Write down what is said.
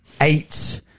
eight